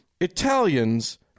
Italians